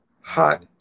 hot